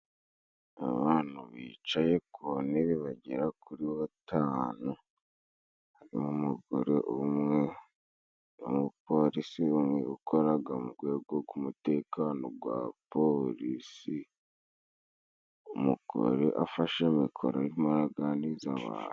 Abantu bicaye ku ntebe bagera kuri batanu n'umugore umwe n'umupolisi umwe ukoraga mu gwego g'umutekano gwa polisi, umugore afashe mikoro arimo araganiriza abantu.